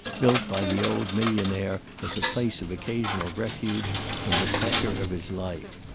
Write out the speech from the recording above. built by the old millionaire as a place of occasional refuge from the pressure of his life.